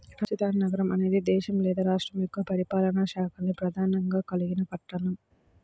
రాజధాని నగరం అనేది దేశం లేదా రాష్ట్రం యొక్క పరిపాలనా శాఖల్ని ప్రధానంగా కలిగిన పట్టణం